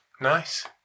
Nice